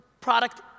product